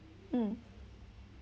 mm